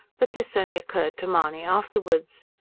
but this only occurred to mahony afterwards.